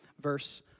Verse